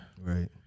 Right